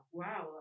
wow